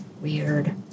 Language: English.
weird